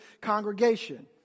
congregation